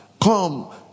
Come